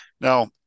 Now